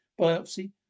biopsy